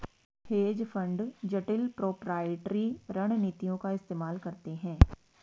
hedge fund जटिल proprietary रणनीतियों का इस्तेमाल करते हैं